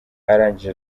arangije